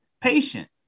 patient